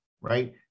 right